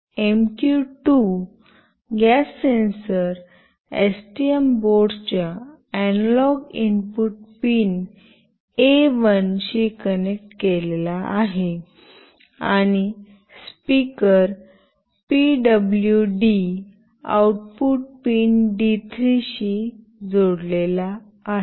MQ 2 gas sensor STM बोर्डच्या analogue input pin A one शी connect केलेला आहे आणि speaker PWD output pin D three शी जोडलेला आहे